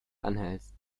anhältst